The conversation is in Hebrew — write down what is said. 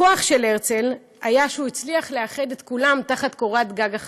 הכוח של הרצל היה שהוא הצליח לאחד את כולם תחת קורת גג אחת.